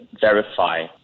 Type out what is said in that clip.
verify